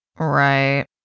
Right